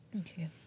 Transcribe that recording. Okay